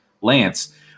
Lance